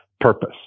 purpose